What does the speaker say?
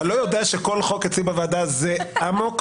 אתה לא יודע שכל חוק אצלי בוועדה זה "אמוק",